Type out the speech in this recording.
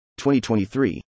2023